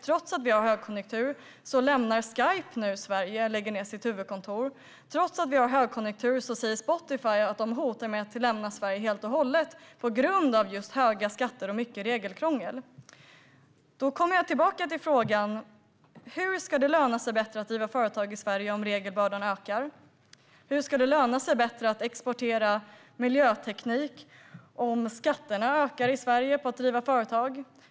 Trots att vi är i en högkonjunktur lämnar Skype nu Sverige; de lägger ned sitt huvudkontor här. Och trots att vi är i en högkonjunktur hotar Spotify med att lämna Sverige helt och hållet, just på grund av höga skatter och mycket regelkrångel. Hur ska det löna sig bättre att driva företag i Sverige om regelbördan ökar? Hur ska det löna sig bättre att exportera miljöteknik om skatterna för att driva företag i Sverige ökar?